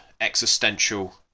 existential